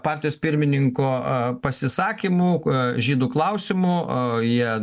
partijos pirmininko pasisakymų žydų klausimu jie